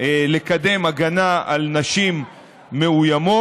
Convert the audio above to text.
לקדם הגנה על נשים מאוימות,